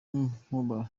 inkuba